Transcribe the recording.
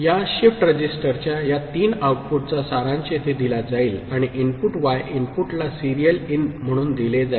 या शिफ्ट रजिस्टरच्या या तीन आउटपुटचा सारांश येथे दिला जाईल आणि इनपुट y इनपुटला सिरियल इन म्हणून दिले जाईल